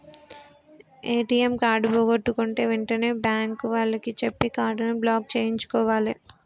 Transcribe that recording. ATM card పోగొట్టుకుంటే వెంటనే bank వాళ్లకి చెప్పి కార్డుని బ్లాక్ చేయించుకోవాలే